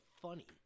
Funny